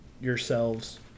yourselves